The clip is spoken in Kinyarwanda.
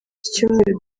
cyumweru